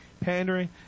Pandering